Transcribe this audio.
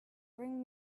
bring